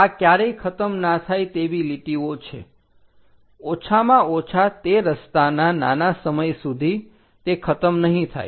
આ ક્યારેય ખતમ ના થાય તેવી લીટીઓ છે ઓછામાં ઓછા તે રસ્તાના નાના સમય સુધી તે ખતમ નહીં થાય